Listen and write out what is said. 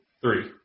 three